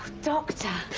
doctor!